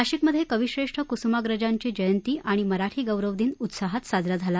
नाशिकमधे कवी श्रेष्ठ कुसुमाग्रजांची जयंती आणि मराठी गौरव दिन उत्साहात साजरा झाला